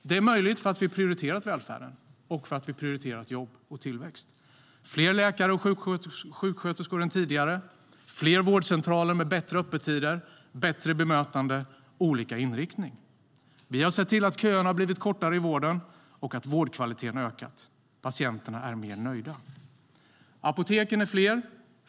Detta är möjligt för att vi har prioriterat välfärden, jobb och tillväxt. Apoteken är fler.